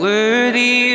Worthy